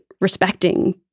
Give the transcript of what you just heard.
respecting